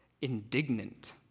indignant